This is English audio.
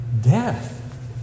death